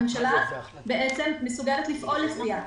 הממשלה בעצם מסוגלת לפעול לפיה.